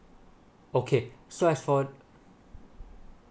okay so as for